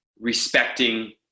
respecting